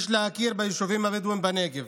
יש להכיר בישובים הבדואיים בנגב